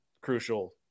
crucial